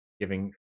giving